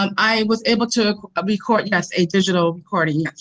um i was able to ah record, yes, a digital recording, yes,